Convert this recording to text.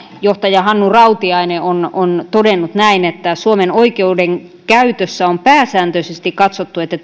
johtaja hannu rautiainen on on todennut näin että suomen oikeudenkäytössä on pääsääntöisesti katsottu että